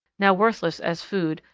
now worthless as food,